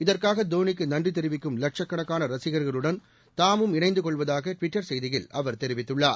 இதற்காக தோனிக்கு நன்றி தெரிவிக்கும் லட்சக்கணக்கான ரசிகர்களுடன் தாமும் இணைந்து கொள்வதாக ட்விட்டர் செய்தியில் அவர் தெரிவித்துள்ளார்